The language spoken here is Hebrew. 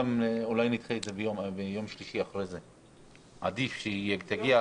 אולי נדחה את זה ליום שלישי שלאחר מכן כי עדיף שהיא תגיע.